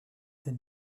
elle